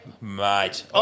Mate